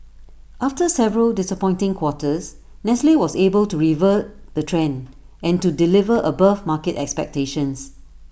after several disappointing quarters nestle was able to revert the trend and to deliver above market expectations